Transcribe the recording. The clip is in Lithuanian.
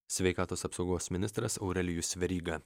sveikatos apsaugos ministras aurelijus veryga